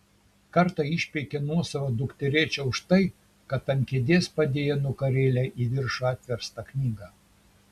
kartą išpeikė nuosavą dukterėčią už tai kad ant kėdės padėjo nugarėle į viršų atverstą knygą